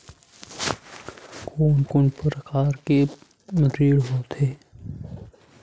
कोन कोन प्रकार के ऋण होथे?